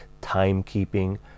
timekeeping